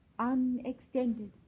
unextended